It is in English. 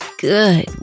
good